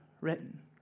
written